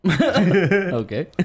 okay